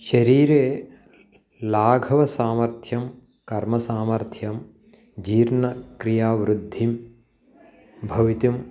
शरीरे लाघवसामर्थ्यं कर्मसामर्थ्यं जीर्णक्रियावृद्धिं भवितुम्